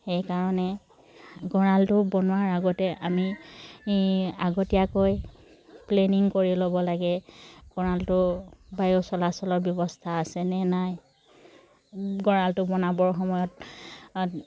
সেইকাৰণে গঁৰালটো বনোৱাৰ আগতে আমি আগতীয়াকৈ প্লেনিং কৰি ল'ব লাগে গঁৰালটো বায়ু চলাচলৰ ব্যৱস্থা আছে নে নাই গঁৰালটো বনাবৰ সময়ত